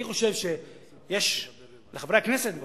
אני חושב שיש לחברי הכנסת לפחות,